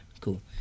cool